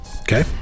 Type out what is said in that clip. Okay